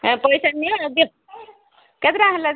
ଏ ପଇସା ନିଅ ଦିଅ କେତେ ଟଙ୍କା ହେଲା କି